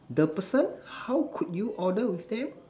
the person how could you order with them